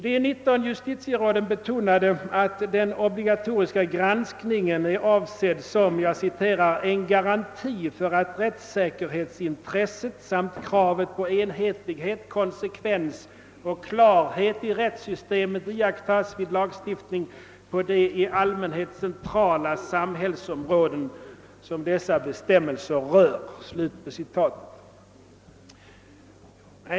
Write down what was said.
De 19 justitieråden betonade att den obligatoriska granskningen är avsedd som »en garanti för att rättssäkerhetsintresset samt kravet på enhetlighet, konsekvens och klarhet i rättssystemet iakttas vid lagstiftning på de i allmänhet centrala samhällsområden som dessa bestämmelser rör».